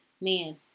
man